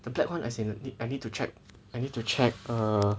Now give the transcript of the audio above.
the black one as in I need to check I need to check err